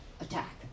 attack